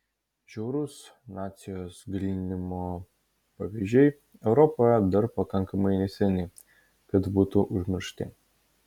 žiaurūs nacijos gryninimo pavyzdžiai europoje dar pakankamai neseni kad būtų užmiršti